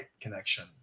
connection